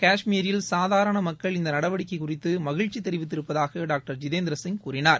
கஷ்மீரில் சாதாரண மக்கள் இந்த நடவடிக்கை குறித்து மகிழ்ச்சி தெரிவித்திருப்பதாக டாங்டர் ஜிதேந்திர சிங் கூறினார்